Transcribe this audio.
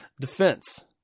defense